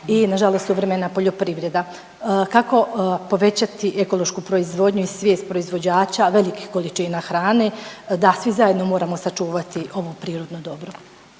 i nažalost suvremena poljoprivreda. Kako povećati ekološku proizvodnju i svijest proizvođača velikih količina hrane da svi zajedno moramo sačuvati ovo prirodno dobro?